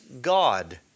God